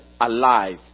alive